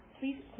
Please